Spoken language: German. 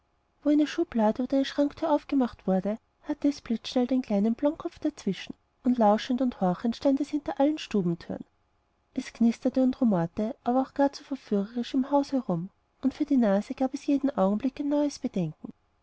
wo eine schublade oder eine schranktür aufgemacht wurde hatte es blitzschnell den kleinen blondkopf dazwischen und lauschend und horchend stand es hinter allen stubentüren es knisterte und rumorte aber auch gar verführerisch im hause herum und für die nase gab es jeden augenblick ein neues bedenken